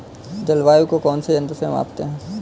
जलवायु को कौन से यंत्र से मापते हैं?